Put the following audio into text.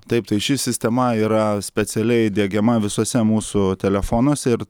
taip tai ši sistema yra specialiai diegiama visuose mūsų telefonuose ir